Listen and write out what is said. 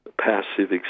passive